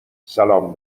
سلام